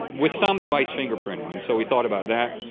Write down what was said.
with some device fingerprinting. and so we thought about that,